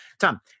Tom